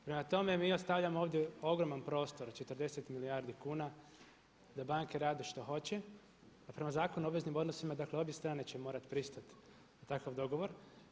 Prema tome, mi ostavljamo ovdje ogroman prostor od 40 milijardi kuna da banke rade što hoće, a prema Zakonu o obveznim odnosima dakle obje strane će morati pristati na takav dogovor.